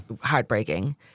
heartbreaking